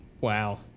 Wow